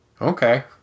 Okay